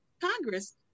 Congress